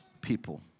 people